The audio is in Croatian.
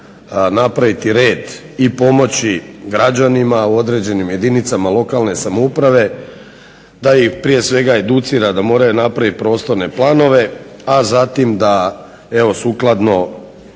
napraviti red i pomoći građanima u određenim jedinicama lokalne samouprave da ih prije svega educira da moraju napraviti prostorne planove, a zatim da evo sukladno